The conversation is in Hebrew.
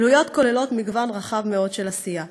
הפעילויות כוללות מגוון רחב מאוד של עשייה: